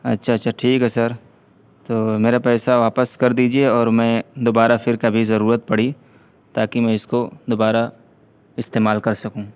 اچھا اچھا ٹھیک ہے سر تو میرا پیسہ واپس کر دیجیے اور میں دوبارہ پھر کبھی ضرورت پڑی تاکہ میں اس کو دوبارہ استعمال کر سکوں